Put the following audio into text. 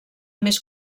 més